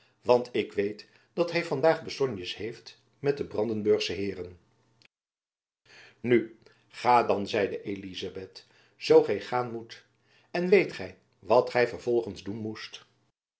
want ik weet dat hy vandaag besoignes heeft met de brandenburgsche heeren nu ga dan zeide elizabeth zoo gy gaan moet en weet gy wat gy vervolgends doen moest